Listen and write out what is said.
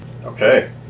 Okay